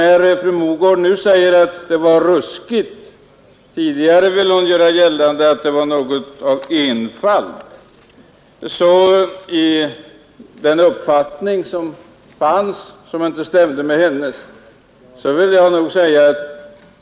Fru Mogård säger att det är ruskigt, och tidigare ville hon göra gällande att det var något av enfald över en uppfattning som inte stämde med hennes.